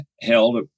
held